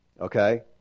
Okay